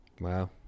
Wow